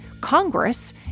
Congress